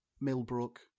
Millbrook